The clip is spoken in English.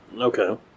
Okay